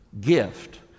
gift